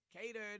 catered